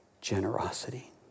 generosity